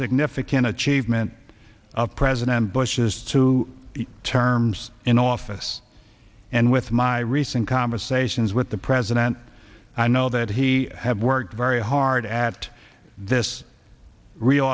significant achievement of president bush's two terms in office and with my recent conversations with the president i know that he has worked very hard at this rea